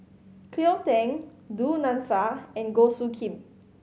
Cleo Thang Du Nanfa and Goh Soo Khim